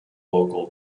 local